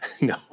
No